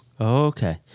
Okay